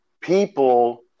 people